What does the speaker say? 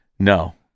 No